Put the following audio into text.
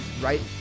right